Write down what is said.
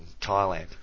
Thailand